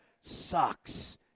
sucks